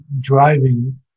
driving